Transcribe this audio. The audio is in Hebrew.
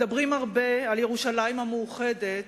מדברים הרבה על ירושלים המאוחדת,